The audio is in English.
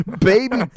Baby